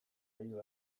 hiru